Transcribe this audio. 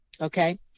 Okay